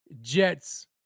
Jets